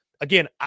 again